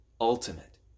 ultimate